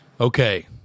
Okay